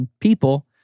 people